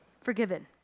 forgiven